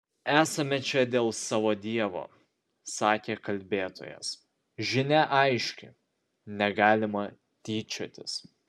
esame čia dėl savo dievo sakė kalbėtojas žinia aiški negalima tyčiotis